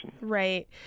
Right